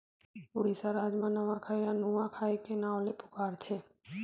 उड़ीसा राज म नवाखाई ल नुआखाई के नाव ले पुकारथे